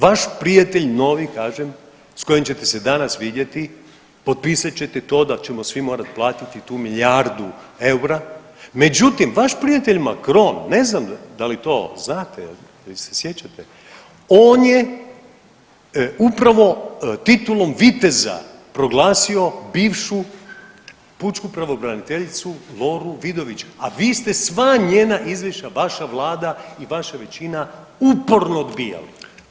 Vaš prijatelj novi kažem s kojim ćete se danas vidjeti potpisat ćete to da ćemo svi morat platiti tu milijardu eura, međutim vaš prijatelj Macron, ne znam da li to znate ili se sjećate, on je upravo titulom viteza proglasio bivšu pučku pravobraniteljicu Loru Vidović, a vi ste sva njena izvješća, vaša vlada i vaša većina uporno odbijali.